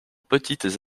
petites